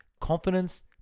confidence